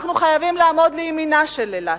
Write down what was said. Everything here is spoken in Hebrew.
אנחנו חייבים לעמוד לימינה של אילת,